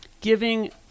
giving